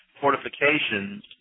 fortifications